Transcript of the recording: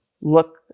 look